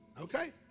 Okay